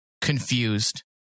confused